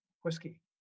whiskey